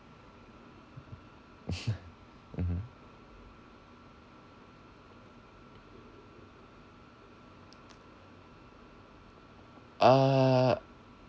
mmhmm uh